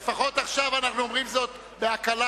לפחות עכשיו אנחנו אומרים זאת בהקלה,